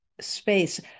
space